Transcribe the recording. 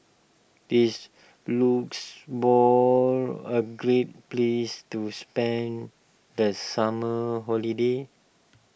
is Luxembourg a great place to spend the summer holiday